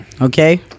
Okay